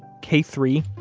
k three,